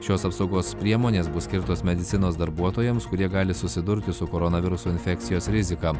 šios apsaugos priemonės bus skirtos medicinos darbuotojams kurie gali susidurti su koronaviruso infekcijos rizika